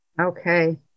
Okay